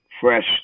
Fresh